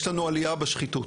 יש לנו עלייה בשחיתות,